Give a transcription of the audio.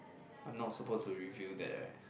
I'm not supposed to reveal that right